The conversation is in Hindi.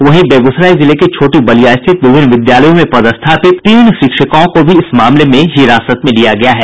वहीं बेगूसराय जिले के छोटी बलिया स्थित विभिन्न विद्यालयों में पदस्थापित तीन शिक्षिकाओं को हिरासत में लिया गया है